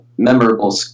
memorable